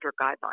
guidelines